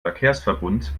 verkehrsverbund